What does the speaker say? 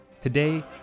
Today